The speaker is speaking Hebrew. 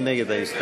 מי נגד ההסתייגות?